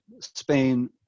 Spain